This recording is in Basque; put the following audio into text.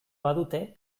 badute